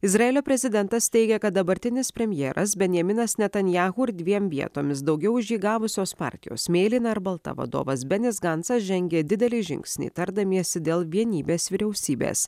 izraelio prezidentas teigia kad dabartinis premjeras benjaminas netanyahu ir dviem vietomis daugiau už jį giavusios partijos mėlyna ir balta vadovas benis gantzas žengė didelį žingsnį tardamiesi dėl vienybės vyriausybės